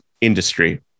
industry